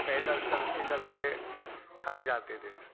पैदल चलते चलते थक जाते थे